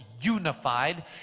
unified